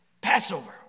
Passover